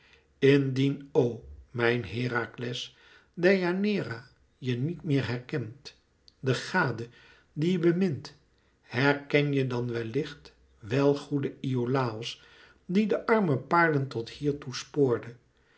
indien o mijn herakles deianeira je niet meer herkent de gade die je bemint herken je dan wellicht wèl goeden iolàos die de arme paarden tot hier toe spoorde